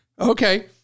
Okay